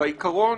והעיקרון